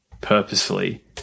purposefully